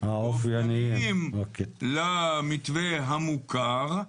אופייניים למתווה המוכר.